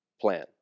plan